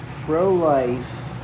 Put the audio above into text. pro-life